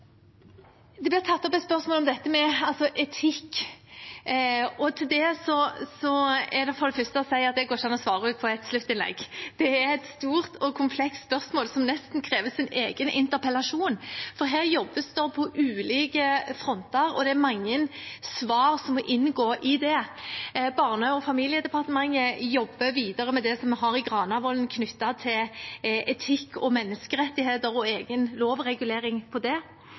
Det ble tatt opp et spørsmål om dette med etikk. Til det er det for det første å si at det ikke går an å svare på det i et sluttinnlegg. Det er et stort og komplekst spørsmål som nesten krever sin egen interpellasjon, for her jobbes det på ulike fronter, og det er mange svar som må inngå i det. Barne- og familiedepartementet jobber videre med det vi har i Granavolden-plattformen knyttet til etikk og menneskerettigheter og egen lovregulering på det.